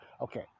Okay